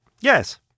Yes